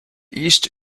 east